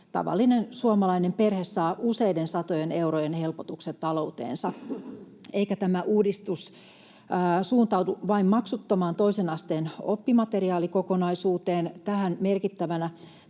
tavallinen suomalainen perhe saa useiden satojen eurojen helpotukset talouteensa, eikä tämä uudistus suuntaudu vain maksuttomaan toisen asteen oppimateriaalikokonaisuuteen. Tähän merkittävänä